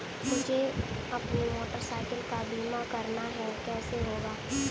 मुझे अपनी motor cycle का बीमा करना है कैसे होगा?